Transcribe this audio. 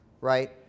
Right